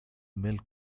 milk